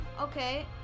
okay